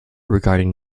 regarding